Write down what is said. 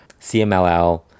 CMLL